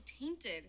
tainted